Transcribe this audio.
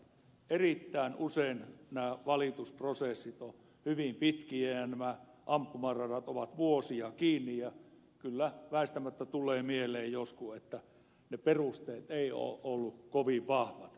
erittäin usein nämä valitusprosessit ovat hyvin pitkiä ja nämä ampumaradat ovat vuosia kiinni ja kyllä väistämättä tulee mieleen joskus että ne perusteet eivät ole olleet kovin vahvat